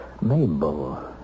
Mabel